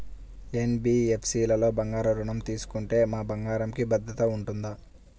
NBFC లలో బంగారు ఋణం తీసుకుంటే మా బంగారంకి భద్రత ఉంటుందా?